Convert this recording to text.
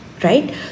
right